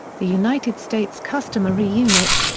the united states customary units,